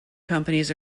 companies